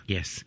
Yes